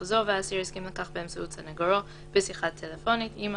זו והעותר הסכים לכך באמצעות סנגורו בשיחה טלפונית" יימחקו".